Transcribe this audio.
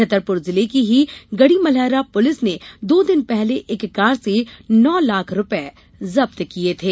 छतरपुर जिले की ही गढ़ीमलहरा पुलिस ने दो दिन पहले एक कार से नौ लाख रूपए जब्त किए थे